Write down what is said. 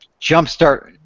jumpstart